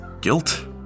Guilt